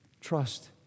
trust